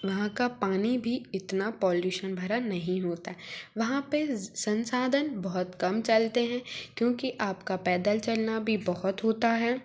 वहाँ का पानी भी इतना पॉल्यूशन भरा नहीं होता वहाँ पर संसाधन बहुत कम चलते हैं क्योंकि आप का पैदल चलना भी बहुत होता है